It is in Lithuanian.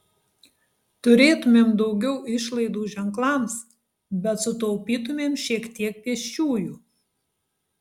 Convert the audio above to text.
turėtumėm daugiau išlaidų ženklams bet sutaupytumėm šiek tiek pėsčiųjų